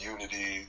Unity